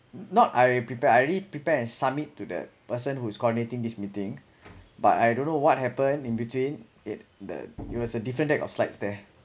not I already prepared I already prepared and submit to the person who is coordinating this meeting but I don't know what happened in between it the it was a different deck of slides there